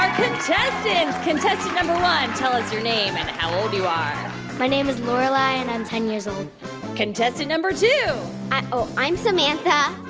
our contestants. contestant number one, tell us your name and how old you are my name is lorelai, and i'm ten years old contestant number two i oh, i'm samantha.